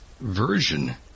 version